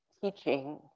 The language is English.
teaching